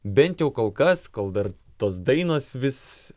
bent jau kol kas kol dar tos dainos vis